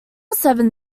seven